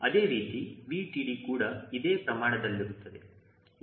ಅದೇ ರೀತಿ 𝑉TD ಕೂಡ ಇದೇ ಪ್ರಮಾಣದಲ್ಲಿರುತ್ತದೆ